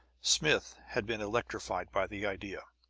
smith had been electrified by the idea.